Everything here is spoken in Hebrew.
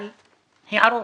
על הערות.